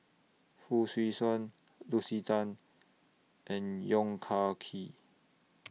Fong Swee Suan Lucy Tan and Yong Kah Kee